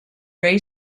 ray